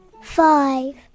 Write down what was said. Five